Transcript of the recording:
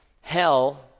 hell